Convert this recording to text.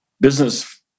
business